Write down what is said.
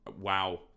wow